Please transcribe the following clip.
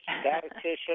statistician